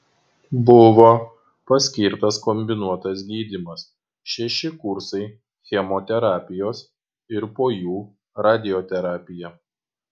buvo paskirtas kombinuotas gydymas šeši kursai chemoterapijos ir po jų radioterapija